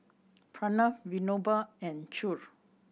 Pranav Vinoba and Choor